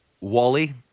Wally